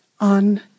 on